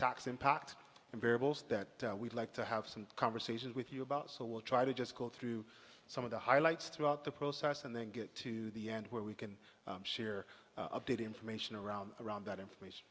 tox impact and variables that we'd like to have some conversations with you about so we'll try to just go through some of the highlights throughout the process and then get to the end where we can share updated information around around that information